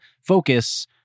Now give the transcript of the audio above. focus